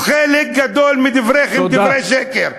חלק גדול מדבריכם הוא דברי שקר.